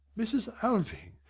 mrs. alving,